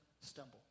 stumble